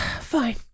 Fine